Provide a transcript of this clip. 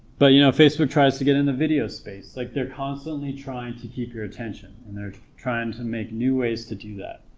but you know facebook tries to get in the video space, like they're constantly trying to keep your attention and they're trying to make new ways to do that